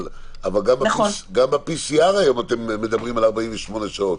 אבל גם ב-PCR היום אתם מדברים על 48 שעות.